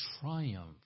triumph